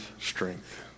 strength